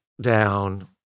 down